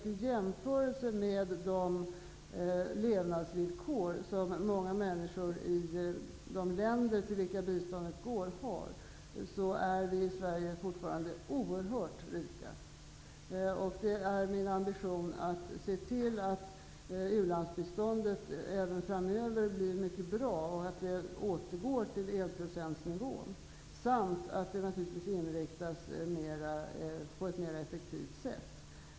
I jämförelse med de levnadsvillkor som många människor har i de länder till vilka biståndet går, är vi i Sverige fortfarande oerhört rika. Det är min ambition att se till att u-landsbiståndet även framöver blir mycket bra, att vi återgår till enprocentsnivån, och att biståndet inriktas så att det kan utnyttjas på ett mer effekt sätt.